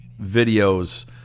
videos